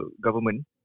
government